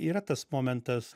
yra tas momentas